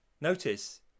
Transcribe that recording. Notice